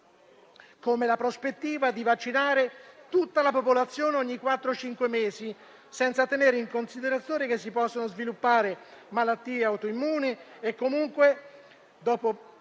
come la prospettiva di vaccinare tutta la popolazione ogni quattro o cinque mesi, senza tenere in considerazione che si possono sviluppare malattie autoimmuni e che dopo